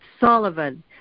Sullivan